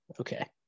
Okay